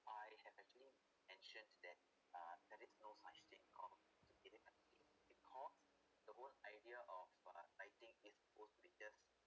I have actually ensure that uh there is no such thing called superior writing because the whole of writing is supposed to be just